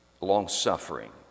long-suffering